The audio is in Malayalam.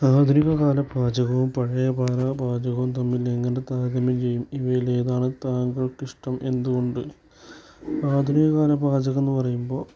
ആധുനികകാല പാചകവും പഴയപാല പാചകവും തമ്മിൽ എങ്ങനെ താരതമ്യം ചെയ്യും ഇവയിലേതാണ് താങ്കൾക്കിഷ്ടം എന്തുകൊണ്ട് ആധുനികകാല പാചകം എന്ന് പറയുമ്പോൾ